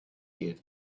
year